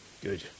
good